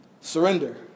surrender